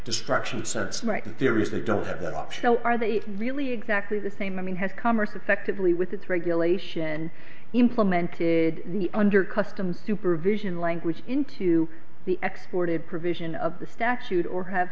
destruction sense right serious they don't have that option are they really exactly the same i mean has commerce effectively with regulation implemented under customs supervision language into the export of provision of the statute or